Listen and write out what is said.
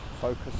focus